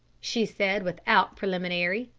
she said without preliminary.